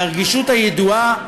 והרגישות הידועה,